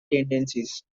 tendencies